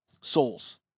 souls